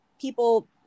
people